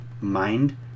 mind